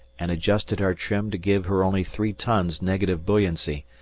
and adjusted our trim to give her only three tons negative buoyancy,